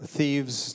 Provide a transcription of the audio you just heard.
thieves